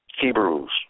Hebrews